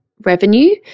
revenue